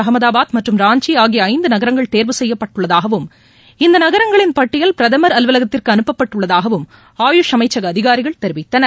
அகமதாபாத் மற்றும் ராஞ்சி ஆகிய ஐந்து நகரங்கள் தேர்வு செய்யப்பட்டுள்ளதாகவும் இந்த நகரங்களின் பட்டியல் அனுப்பப்பட்டு உள்ளதாகவும் ஆயுஷ் அமைச்சக அதிகாரிகள் தெரிவித்தனர்